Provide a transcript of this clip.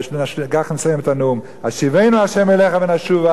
ובכך אסיים את הנאום: "השיבנו ה' אליך ונשוב,